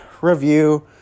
review